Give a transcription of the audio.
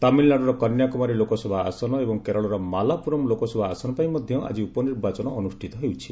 ତାମିଲନାଡୁର କନ୍ୟାକୁମାରୀ ଲୋକସଭା ଆସନ ଏବଂ କେରଳର ମାଲାପୁରମ୍ ଲୋକସଭା ଆସନ ପାଇଁ ମଧ୍ୟ ଆଜି ଉପନିର୍ବାଚନ ଅନୁଷ୍ଠିତ ହେଉଛି